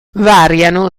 variano